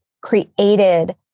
created